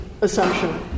assumption